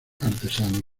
artesanos